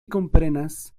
komprenas